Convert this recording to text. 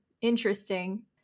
interesting